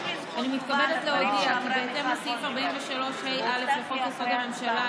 אני מתכבדת להודיע כי בהתאם לסעיף 43ה(א) לחוק-יסוד: הממשלה,